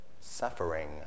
suffering